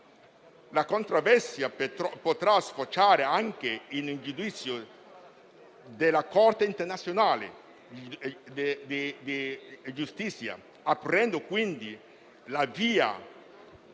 La controversia potrà sfociare anche in un giudizio della Corte internazionale di giustizia, aprendo quindi la via